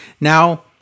Now